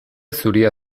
zuria